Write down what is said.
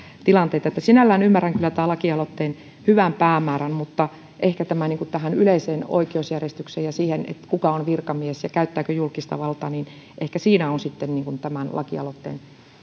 tilanteita sinällään ymmärrän kyllä tämän lakialoitteen hyvän päämäärän mutta ehkä yleisessä oikeusjärjestyksessä ja siinä kuka on virkamies ja käyttääkö julkista valtaa on sitten tämän lakialoitteen